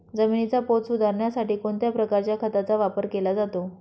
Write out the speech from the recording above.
जमिनीचा पोत सुधारण्यासाठी कोणत्या प्रकारच्या खताचा वापर केला जातो?